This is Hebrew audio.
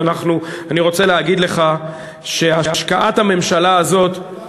אני רוצה להגיד לך שהשקעת הממשלה הזאת,